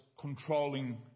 controlling